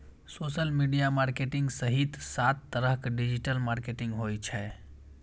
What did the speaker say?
social media marketing सहित सात तरहक डिजिटल मार्केटिंग होइ छै